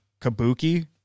Kabuki